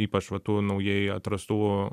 ypač va tų naujai atrastų